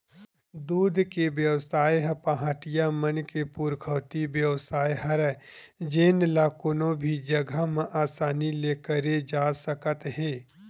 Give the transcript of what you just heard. दूद के बेवसाय ह पहाटिया मन के पुरखौती बेवसाय हरय जेन ल कोनो भी जघा म असानी ले करे जा सकत हे